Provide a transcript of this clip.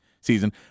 season